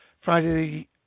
Friday